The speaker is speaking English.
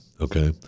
Okay